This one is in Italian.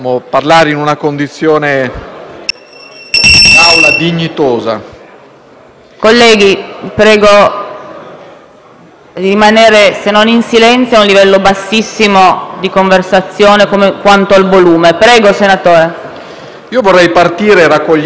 in questo strano Paese, nella discussione pubblica, nel dibattito politico, accade che si inneschi un meccanismo per cui sembra ci siano temi - di fatto spesso è così - appannaggio della sinistra.